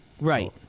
Right